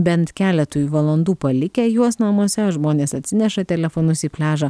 bent keletui valandų palikę juos namuose žmonės atsineša telefonus į pliažą